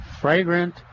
fragrant